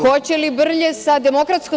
Hoće li brlje sa DS?